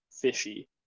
fishy